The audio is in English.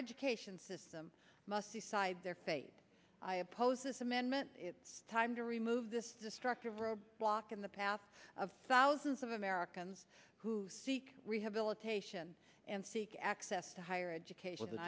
education system must decide their fate i oppose this amendment it's time to remove this destructive roadblock in the path of thousands of americans who seek rehabilitation and seek access to higher education